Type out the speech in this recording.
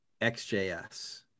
XJS